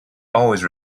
always